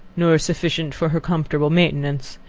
nor sufficient for her comfortable maintenance,